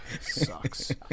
Sucks